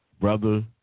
brother